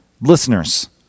Listeners